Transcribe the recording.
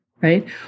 Right